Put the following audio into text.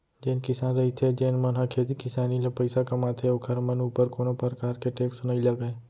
जेन किसान रहिथे जेन मन ह खेती किसानी ले पइसा कमाथे ओखर मन ऊपर कोनो परकार के टेक्स नई लगय